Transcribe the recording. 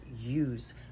use